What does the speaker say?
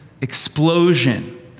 explosion